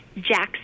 Jackson